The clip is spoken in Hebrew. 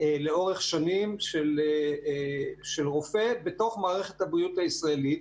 לאורך שנים של רופא בתוך מערכת הבריאות הישראלית,